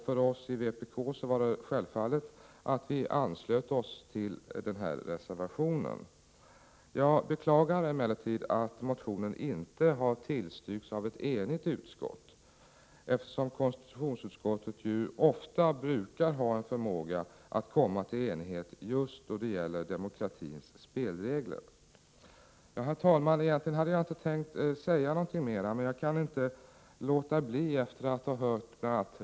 För oss i vpk var det självklart att ansluta oss till denna reservation. Jag beklagar emellertid att motionen inte har tillstyrkts av ett enigt utskott. Konstitutionsutskottet brukar ju ofta ha en förmåga att komma till enighet just då det gäller demokratins spelregler. Herr talman! Jag hade egentligen inte tänkt säga något mer, men jag kan inte låta bli efter att ha hört bl.a.